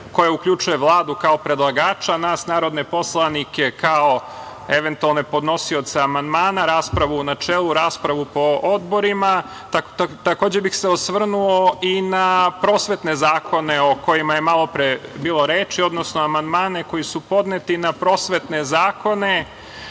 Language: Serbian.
koja uključuje Vladu kao predlagača, nas narodne poslanike kao eventualne podnosioce amandmana, raspravu u načelu, raspravu po odborima. Takođe bih se osvrnuo i na prosvetne zakone o kojima je malo pre bilo reči, odnosno amandmane koji su podneti na prosvetne zakone.